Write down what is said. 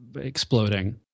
exploding